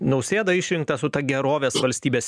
nausėda išrinktas su ta gerovės valstybės